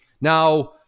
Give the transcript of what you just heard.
Now